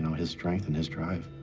his strength and his drive.